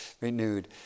renewed